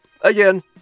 again